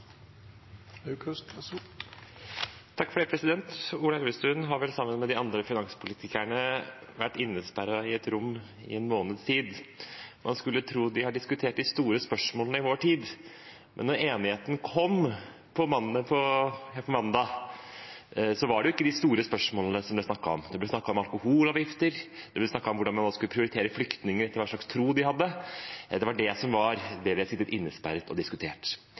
Ola Elvestuen har vel sammen med de andre finanspolitikerne vært innesperret i et rom i en måneds tid. Man skulle tro de har diskutert de store spørsmålene i vår tid. Men da enigheten kom på mandag, var det ikke de store spørsmålene som ble snakket om – det ble snakket om alkoholavgifter, det ble snakket om hvorvidt man skulle prioritere flyktninger etter hva slags tro de hadde. Det var det de hadde sittet innesperret og diskutert.